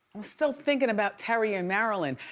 still thinking about terry in maryland.